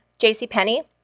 JCPenney